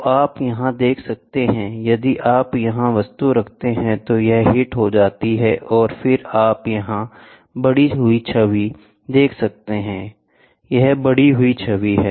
तो आप यहां देख सकते हैं यदि आप यहां वस्तु रखते हैं तो यह हिट हो जाती है और फिर आप यहां बड़ी हुई छवि देख सकते हैं यह बड़ी हुई छवि है